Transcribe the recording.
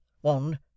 one